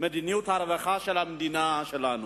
מדיניות הרווחה של המדינה שלנו,